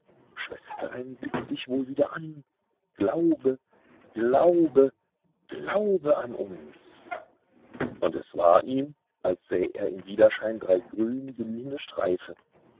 schwesterlein blickt dich wohl wieder an glaube glaube glaube an uns und es war ihm als säh er im widerschein drei grünglühende streife